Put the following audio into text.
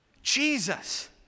Jesus